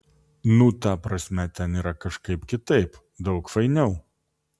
nu ta prasme ten yra kažkaip kitaip daug fainiau